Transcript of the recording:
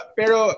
pero